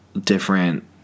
different